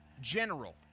general